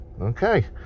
Okay